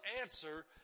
answer